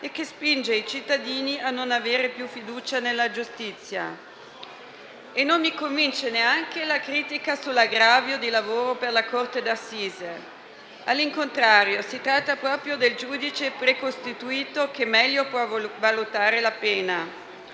e che spinge i cittadini a non avere più fiducia nella giustizia. Non mi convince neanche la critica sull'aggravio di lavoro per la corte di assise. Al contrario, si tratta proprio del giudice precostituito che meglio può valutare la pena.